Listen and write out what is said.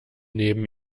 neben